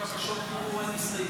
בקשות דיבור, לא הסתייגויות.